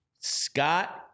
Scott